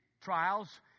trials